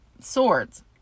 Swords